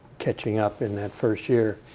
catching up in that first year.